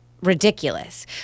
ridiculous